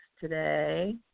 today